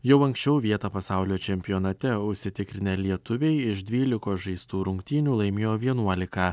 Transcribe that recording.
jau anksčiau vietą pasaulio čempionate užsitikrinę lietuviai iš dvylikos žaistų rungtynių laimėjo vienuoliką